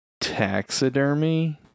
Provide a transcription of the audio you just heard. taxidermy